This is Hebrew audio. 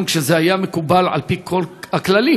גם כשזה היה מקובל על-פי כל הכללים,